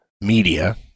media